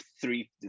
three